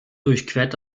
durchquert